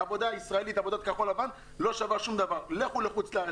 עבודה ישראלית כחול-לבן לא שווה כלום לכו לחו"ל.